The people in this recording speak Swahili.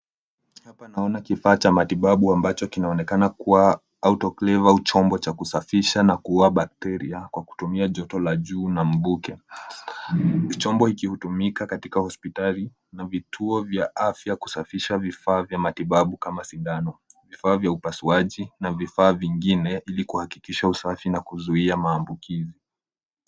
Hapa naona kifaa cha matibabu ambacho kinaonekana kuwa autoclave au chombo cha kusafisha na kuua bakteria kwa kutumia joto la juu na mvuke. Kifaa hiki hutumika katika hospitali na vituo vya afya kusafisha vifaa vya matibabu kama sindano, vifaa vya upasuaji na vifaa vingine ili kuhakikisha usafi na kuzuia maambukizi.